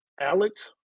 Alex